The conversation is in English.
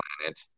planet